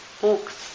books